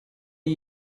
are